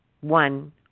One